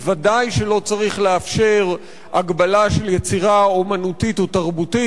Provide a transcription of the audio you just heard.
בוודאי שלא צריך לאפשר הגבלה של יצירה אמנותית או תרבותית,